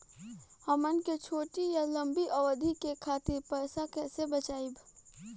हमन के छोटी या लंबी अवधि के खातिर पैसा कैसे बचाइब?